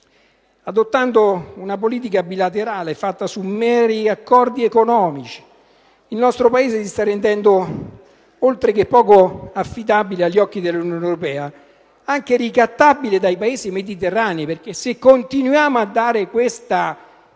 Adottando una politica bilaterale basata su meri accordi economici, il nostro Paese si sta rendendo, oltre che poco affidabile agli occhi dell'Unione europea, anche ricattabile dai Paesi del Mediterraneo, perché continuiamo a dare questa